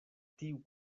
tiu